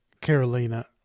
Carolina